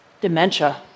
Dementia